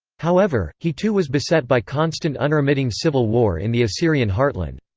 however, he too was beset by constant unremitting civil war in the assyrian heartland.